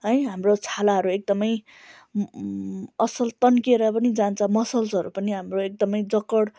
है हाम्रो छालाहरू एकदमै असल तन्किएर पनि जान्छ मसलहरू पनि हाम्रो एकदमै जकड